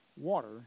Water